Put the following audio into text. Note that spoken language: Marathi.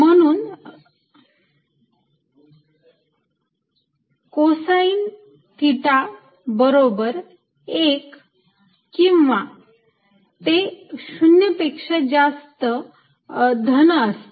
म्हणून हे कोसाईन थिटा बरोबर 1 किंवा ते शून्य पेक्षा जास्त धन असते